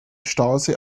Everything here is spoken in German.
stausee